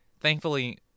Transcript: thankfully